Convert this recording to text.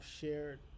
shared